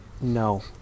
No